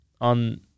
on